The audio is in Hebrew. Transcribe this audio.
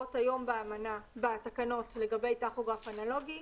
שקבועות היום בתקנות לגבי טכוגרף אנלוגי